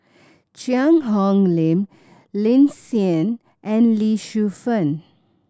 Cheang Hong Lim Lin Hsin and Lee Shu Fen